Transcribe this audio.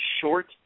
short